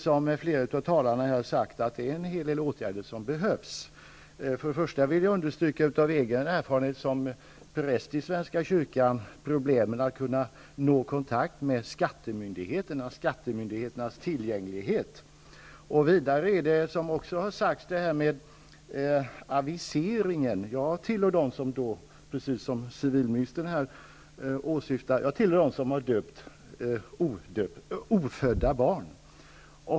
Som flera talare här sagt behövs ett flertal åtgärder. Först och främst vill jag från egen erfarenhet som präst i svenska kyrkan understryka problemet att kunna få kontakt med skattemyndigheten, dvs. Vidare är det problem med aviseringen, som också nämnts här. Jag tillhör dem som civilministern åsyftade som har döpt ''ofödda'' barn.